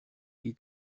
qui